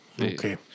Okay